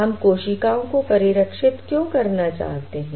हम कोशिकाओं को परिरक्षित क्यों करना चाहते हैं